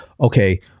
okay